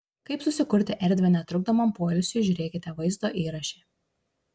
kaip susikurti erdvę netrukdomam poilsiui žiūrėkite vaizdo įraše